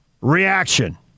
Reaction